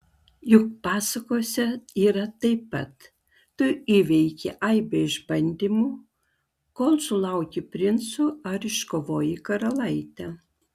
juk pasakose yra taip pat tu įveiki aibę išbandymų kol sulauki princo ar iškovoji karalaitę